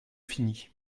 fini